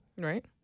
Right